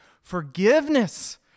forgiveness